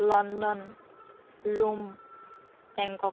London Rome Bangkok